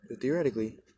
Theoretically